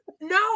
No